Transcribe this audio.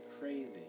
crazy